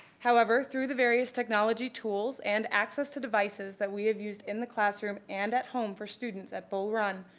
however, through the various technology tools and access to devices that we have used in the classroom and at home for students of bull run,